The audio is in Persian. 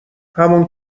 همون